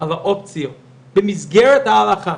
על האופציות במסגרת ההלכה